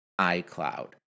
iCloud